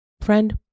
Friend